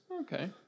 Okay